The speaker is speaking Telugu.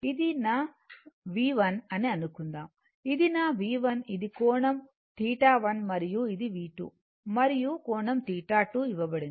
ఇది నా V1 అని అనుకుందాం ఇది నా V1 ఇది కోణం θ1 మరియు ఇది V2 మరియు కోణం θ2 ఇవ్వబడింది